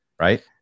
right